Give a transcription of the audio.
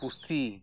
ᱯᱩᱥᱤ